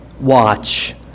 Watch